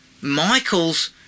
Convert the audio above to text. Michael's